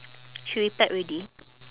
she replied already